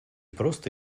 просто